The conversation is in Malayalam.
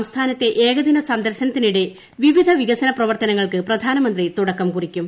സംസ്ഥാനത്തെ ഏകദിന സന്ദർശനത്തിനിടെ വിവിധ വികസന പ്രവർത്തനങ്ങൾക്ക് പ്രധാനമന്ത്രി തുടക്കം കുറിക്കും